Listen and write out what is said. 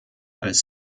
als